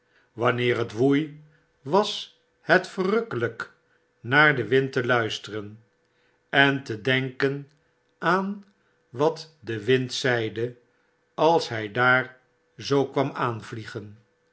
wanneer het woei was het verrukkelyk naar den wind te luisteren en te denken aan wat de wind zeide als hy daar zoo kwam aanvliegen